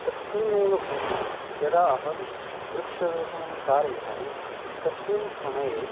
तस्मिन्नेव भूमौ यदा अहं वृक्षारोपणं कारयामि तस्मिन् समये